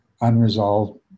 unresolved